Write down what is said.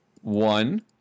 one